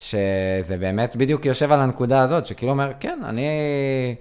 שזה באמת בדיוק יושב על הנקודה הזאת, שכאילו אומר, כן, אני...